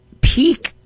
peak